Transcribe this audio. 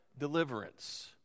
deliverance